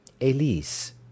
Elise